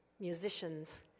musicians